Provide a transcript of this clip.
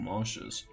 Marshes